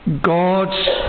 God's